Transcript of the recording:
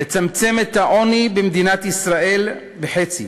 לצמצם את העוני במדינת ישראל בחצי,